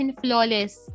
flawless